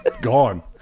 gone